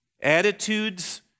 attitudes